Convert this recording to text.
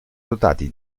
dotati